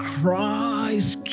Christ